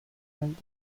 went